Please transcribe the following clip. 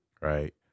Right